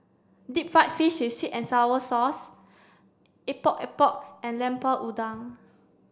deep fried fish with sweet and sour sauce Epok Epok and Lemper Udang